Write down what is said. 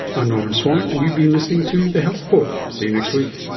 i'm norman swan, and you've been listening to the health report. see you next week